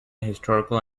historical